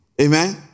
Amen